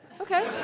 Okay